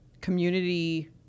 community